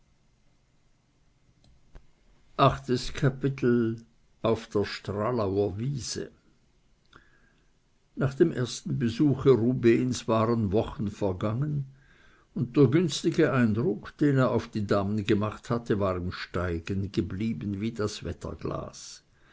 auf der stralauer wiese nach dem ersten besuche rubehns waren wochen vergangen und der günstige eindruck den er auf die damen gemacht hatte war im steigen geblieben wie das wetterglas